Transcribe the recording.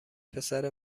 پسر